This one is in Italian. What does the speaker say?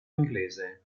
inglese